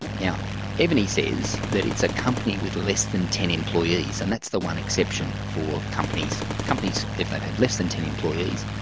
now evony says that it's a company with less than ten employees, and that's the one exception for companies. companies if they've had less than ten employees,